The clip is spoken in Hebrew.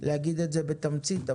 תאמר את זה בתמצית.